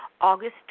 August